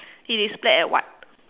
it is black and white